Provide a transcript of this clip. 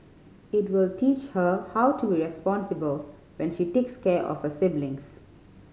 it will teach her how to be responsible when she takes care of siblings